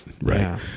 Right